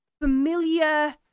familiar